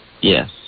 Yes